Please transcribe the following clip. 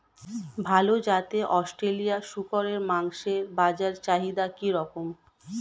ভাল জাতের অস্ট্রেলিয়ান শূকরের মাংসের বাজার চাহিদা কি রকম?